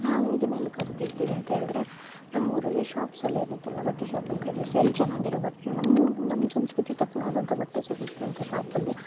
ನಾವು ಇದನ್ನ ಎಲ್ಲಿ ಕಲಿತಿರ್ತೀವಿ ಅಂತೇಳ್ದ್ರೆ ನಮ್ಮೂರಲ್ಲಿ ಶಾಪ್ಸ್ ಎಲ್ಲ ಇರುತ್ತಲ್ಲ ಬಟ್ಟೆ ಶಾಪಲ್ಲಿ ಖರೀದಿಸಿ ಅಲ್ಲಿ ಚೆನ್ನಾಗಿರೊ ಬಟ್ಟೆ ನಮ್ಮ ನಮ್ಮ ಸಂಸ್ಕೃತಿಗೆ ತಕ್ನಾದಂಥ ಬಟ್ಟೆ ಸಿಗುತಂತ ಶಾಪಲ್ಲಿ